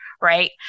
right